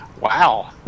Wow